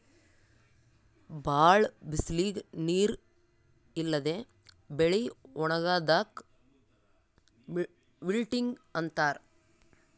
ಭಾಳ್ ಬಿಸಲಿಗ್ ನೀರ್ ಇಲ್ಲದೆ ಬೆಳಿ ಒಣಗದಾಕ್ ವಿಲ್ಟಿಂಗ್ ಅಂತಾರ್